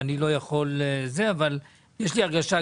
אבל יש לי הרגשה,